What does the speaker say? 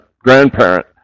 grandparent